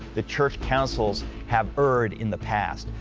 the church councils have erred in the past.